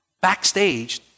Backstage